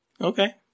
Okay